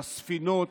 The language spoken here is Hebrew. בספינות,